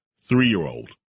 Three-year-old